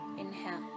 Inhale